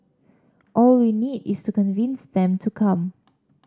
all we need is to convince them to come